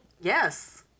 Yes